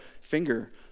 finger